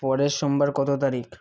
পরের সোমবার কত তারিখ